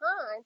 time